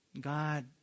God